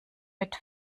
mit